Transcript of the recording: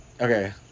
Okay